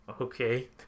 okay